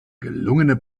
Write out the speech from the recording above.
gelungene